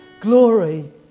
glory